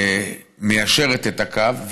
מיישרת את הקו.